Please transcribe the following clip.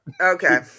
Okay